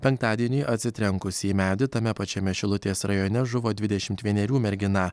penktadienį atsitrenkusi į medį tame pačiame šilutės rajone žuvo dvidešimt vienerių mergina